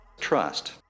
trust